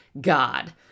God